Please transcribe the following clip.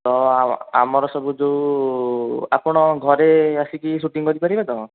ତ ଆମର ସବୁ ଯେଉଁ ଆପଣ ଘରେ ଆସିକି ସୁଟିଂ କରିପାରିବେ ତ